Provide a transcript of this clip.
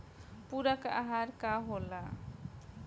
पुरक अहार का होला?